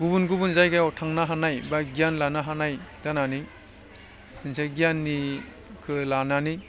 गुबुन गुबुन जायगायाव थांनो हानाय बा गियान लानो हानाय जानानै जे गियाननिखौ लानानै